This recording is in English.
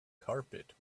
carpet